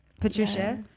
patricia